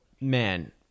man